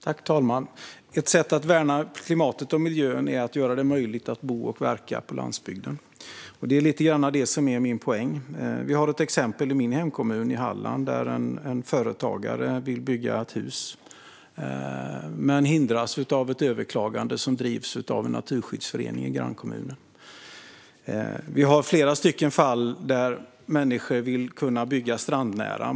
Fru talman! Ett sätt att värna klimatet och miljön är att göra det möjligt att bo och verka på landsbygden, och det är lite grann detta som är min poäng. Vi har ett exempel i min hemkommun Halland, där en företagare vill bygga ett hus men hindras av ett överklagande som drivs av Naturskyddsföreningen i grannkommunen. Vi har flera fall där människor vill kunna bygga strandnära.